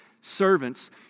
servants